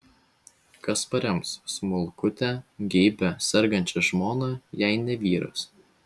kas parems smulkutę geibią sergančią žmoną jei ne vyras